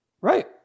Right